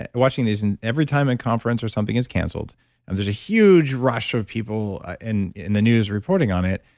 watching these and every time a conference or something is canceled and there's a huge rush of people and and the news reporting on it,